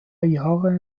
jahre